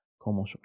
Como